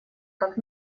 как